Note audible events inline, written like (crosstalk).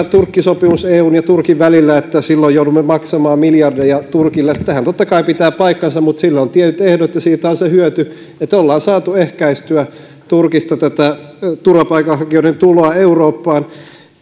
(unintelligible) turkki sopimuksesta eun ja turkin välillä että joudumme maksamaan miljardeja turkille sehän totta kai pitää paikkansa mutta sille on tietyt ehdot ja siitä on se hyöty että ollaan saatu ehkäistyä turkista tätä turvapaikanhakijoiden tuloa eurooppaan